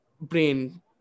brain